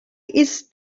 ist